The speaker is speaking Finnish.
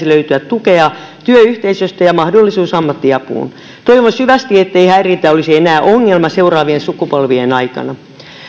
löytyä tukea työyhteisöstä ja mahdollisuus ammattiapuun toivon syvästi ettei häirintä olisi enää ongelma seuraavien sukupolvien aikana